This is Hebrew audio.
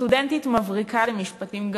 סטודנטית מבריקה למשפטים,